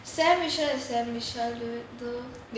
sam vishal is sam vishal dude though